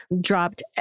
dropped